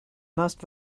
must